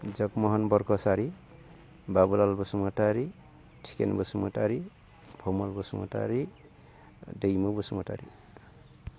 Jagmohan Bor' Kasari Babulal Basumatary Thiken Basumatary Famal Basumatary Daimu Basumatary